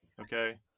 Okay